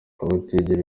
abategera